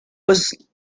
was